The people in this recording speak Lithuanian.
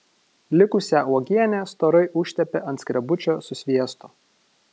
likusią uogienę storai užtepė ant skrebučio su sviestu